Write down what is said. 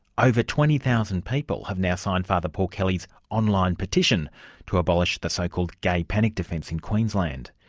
over twenty thousand people have now signed father paul kelly's online petition to abolish the so-called gay panic defence in queensland.